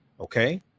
okay